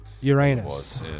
Uranus